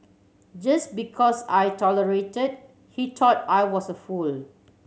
just because I tolerated he thought I was a fool